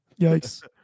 Yikes